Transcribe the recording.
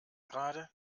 gerade